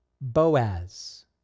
Boaz